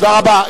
תודה רבה.